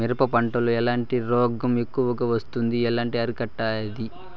మిరప పంట లో ఎట్లాంటి రోగం ఎక్కువగా వస్తుంది? ఎలా అరికట్టేది?